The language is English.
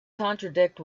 contradict